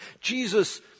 Jesus